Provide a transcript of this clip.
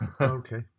Okay